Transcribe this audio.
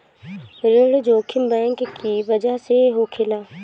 ऋण जोखिम बैंक की बजह से होखेला